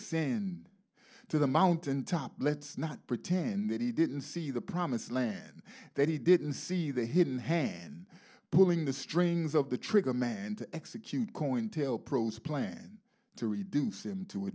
ascend to the mountain top let's not pretend that he didn't see the promised land that he didn't see the hidden hand pulling the strings of the trigger man to execute cointelpro plan to reduce him to a